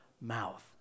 mouth